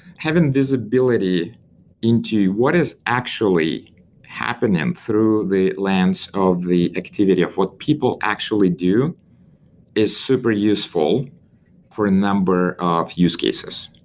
having visibility into what is actually happening through the lens of the activity of what people actually do is super useful for a number of use cases.